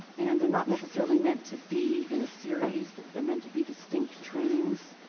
and they're not necessarily meant to be in a series, they're meant to be distinct trainings.